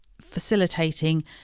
facilitating